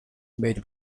made